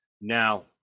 Now